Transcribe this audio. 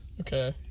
Okay